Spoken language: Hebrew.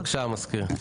בבקשה, המזכיר.